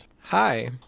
hi